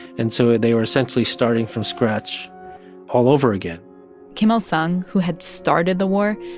and so they were essentially starting from scratch all over again kim il sung, who had started the war,